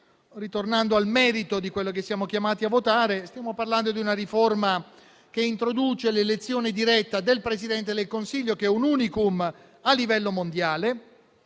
ritornando al merito di quello che siamo chiamati a votare, stiamo parlando di una riforma che introduce l'elezione diretta del Presidente del Consiglio, che è un *unicum* a livello mondiale,